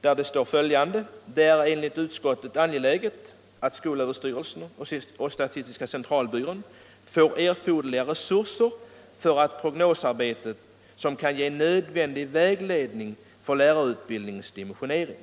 där det står följande: ”Det är enligt utskottet angeläget att SÖ och SCB får erforderliga resurser för ett prognosarbete som kan ge nödvändig vägledning för lärarutbildningens dimensionering.